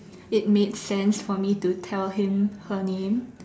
it made sense for me to tell him her name